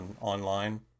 online